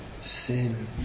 sin